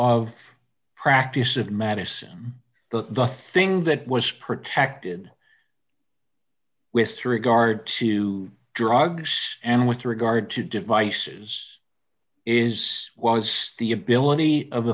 of practice of medicine but the thing that was protected with regard to drugs and with regard to devices is was the ability of